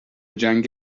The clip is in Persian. جنگ